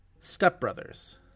Stepbrothers